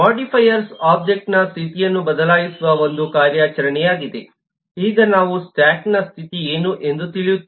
modifier ಒಬ್ಜೆಕ್ಟ್ನ ಸ್ಥಿತಿಯನ್ನು ಬದಲಾಯಿಸುವ ಒಂದು ಕಾರ್ಯಾಚರಣೆಯಾಗಿದೆ ಈಗ ನಾವು ಸ್ಟ್ಯಾಕ್ನ ಸ್ಥಿತಿ ಏನು ಎಂದು ತಿಳಿಯುತ್ತೇವೆ